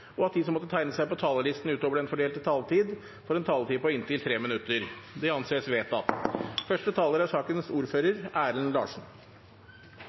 og at de som måtte tegne seg på talerlisten utover den fordelte taletid, får en taletid på inntil 3 minutter. – Det anses vedtatt.